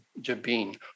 Jabin